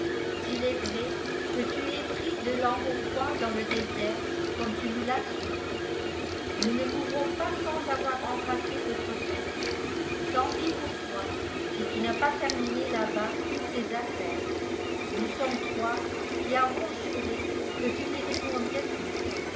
s'il est vrai que tu aies pris de l'embonpoint dans le désert comme tu nous l'assures nous ne mourrons pas sans avoir embrassé notre fils tant pis pour toi si tu n'as pas terminé là-bas toutes tes affaires nous sommes trois qui avons juré que tu n'y retournerais plus